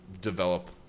develop